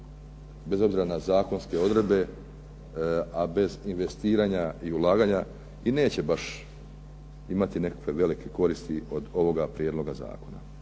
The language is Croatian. bez obzira na zakonske odredbe, a bez investiranja i ulaganja i neće baš imati nekakve velike koristi od ovoga prijedloga zakona.